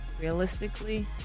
Realistically